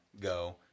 go